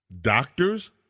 doctors